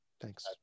thanks